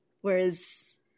Whereas